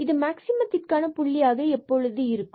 இது மேக்சிமத்திற்கான புள்ளியாக எப்பொழுது இருக்கும்